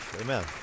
amen